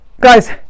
guys